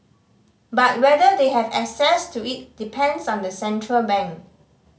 but whether they have access to it depends on the central bank